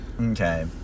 Okay